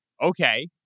okay